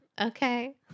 Okay